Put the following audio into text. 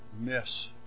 miss